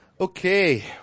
okay